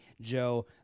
Joe